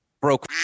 broke